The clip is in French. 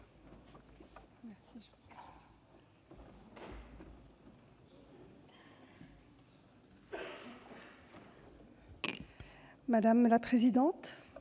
Madame la présidente,